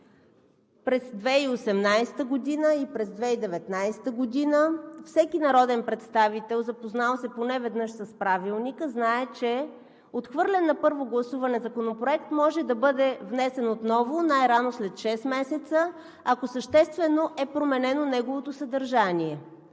през 2018 г. и през 2019 г. Всеки народен представител, запознал се поне веднъж с Правилника, знае, че отхвърлен на първо гласуване законопроект може да бъде внесен отново най-рано след шест месеца, ако съществено е променено неговото съдържание,